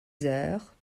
heures